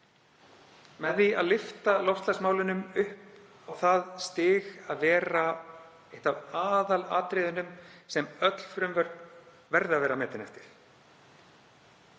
Með því að lyfta loftslagsmálunum upp á það stig að vera eitt af aðalatriðunum sem öll frumvörp verði að vera metin eftir